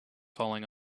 falling